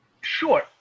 Sure